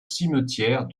cimetière